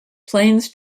plains